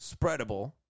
spreadable